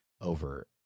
over